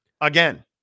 again